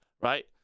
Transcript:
right